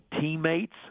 teammates